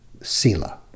sila